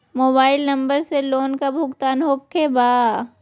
Mobile number से loan का भुगतान होखे बा?